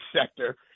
sector